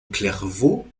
clairvaux